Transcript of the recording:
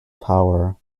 power